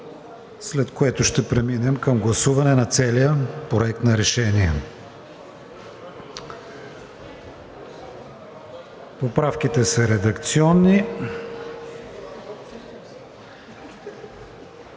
след което ще преминем към гласуване на целия Проект на решение. Поправките са редакционни.